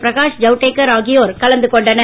பிரகாஷ்ஜவடேகர்ஆகியோர்கலந்துகொண்டனர்